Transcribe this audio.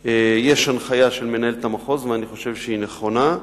יש הנחיה של מנהלת המחוז, אני חושב שהיא נכונה,